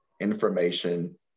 information